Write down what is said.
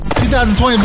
2020